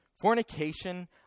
fornication